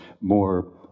more